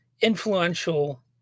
influential